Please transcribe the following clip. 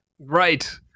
Right